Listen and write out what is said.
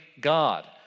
God